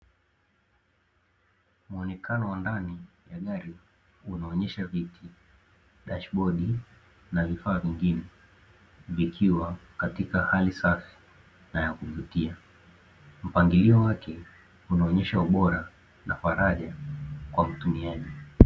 Muonekana wa ndani ya gari unaonesha viti, dashibodi na vifaaa vingine, vikiwa katika hali safi na ya kuvutia. Mpangilio wake unaonyesha ubora na faraja kwa mtumiaji.